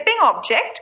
object